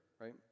right